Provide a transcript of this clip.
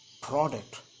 product